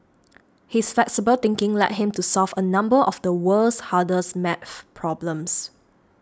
his flexible thinking led him to solve a number of the world's hardest maths problems